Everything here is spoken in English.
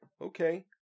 Okay